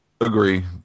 Agree